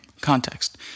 context